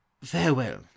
farewell